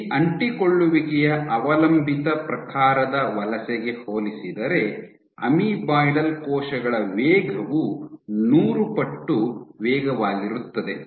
ಈ ಅಂಟಿಕೊಳ್ಳುವಿಕೆಯ ಅವಲಂಬಿತ ಪ್ರಕಾರದ ವಲಸೆಗೆ ಹೋಲಿಸಿದರೆ ಅಮೀಬಾಯ್ಡಲ್ ಕೋಶಗಳ ವೇಗವು ನೂರು ಪಟ್ಟು ವೇಗವಾಗಿರುತ್ತದೆ